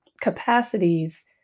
capacities